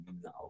no